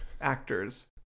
actors